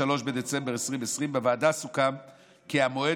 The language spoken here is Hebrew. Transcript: (23 בדצמבר 2020). בוועדה סוכם כי המועד